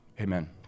amen